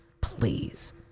please